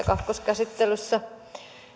kakkoskäsittelyssä